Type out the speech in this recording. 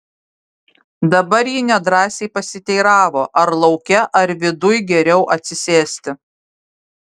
dabar ji nedrąsiai pasiteiravo ar lauke ar viduj geriau atsisėsti